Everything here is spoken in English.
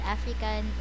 African